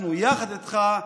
אנחנו יחד איתך.